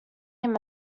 him